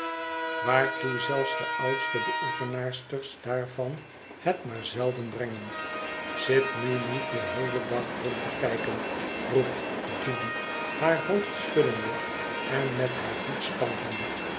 waartoe zelfs de oudste beoefenaarsters daarvan het maar zelden brengen zit nu niet den heelen dag rond te kijken roept judy haar hoofd schuddende en met haar